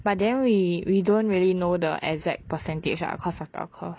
but then we we don't really know the exact percentage ah cost of bell curve